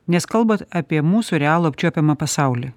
nes kalbat apie mūsų realų apčiuopiamą pasaulį